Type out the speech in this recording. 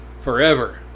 forever